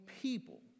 people